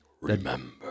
Remember